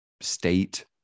state